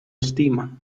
estima